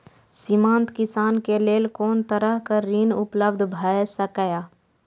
सीमांत किसान के लेल कोन तरहक ऋण उपलब्ध भ सकेया?